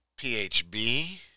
PHB